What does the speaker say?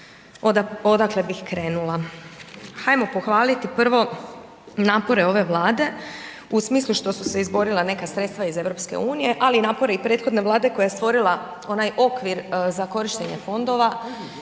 odakle bih krenula. Hajmo pohvaliti prvo napore ove Vlade u smislu što su se izborila neka sredstva iz EU, ali i napore i prethodne Vlade koja je stvorila onaj okvir za korištenje fondova